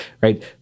right